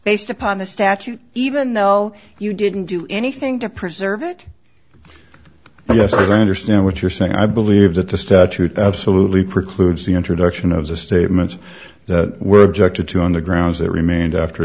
based upon the statute even though you didn't do anything to preserve it but yes i understand what you're saying i believe that the statute absolutely precludes the introduction of the statements that were objected to on the grounds that remained after